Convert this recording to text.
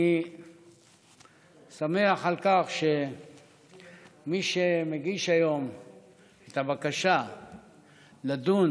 אני שמח על כך שמי שמגיש היום את הבקשה לדון